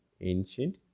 ancient